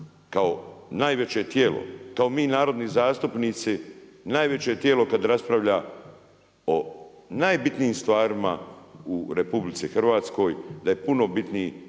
kao najveće tijelo, kao mi narodni zastupnici najveće tijelo kada raspravlja o najbitnijim stvarima u RH da je puno bitniji taj